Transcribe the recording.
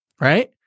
right